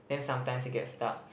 then sometimes it gets stuck